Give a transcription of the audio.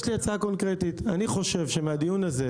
אני חושב שמהדיון הזה,